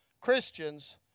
Christians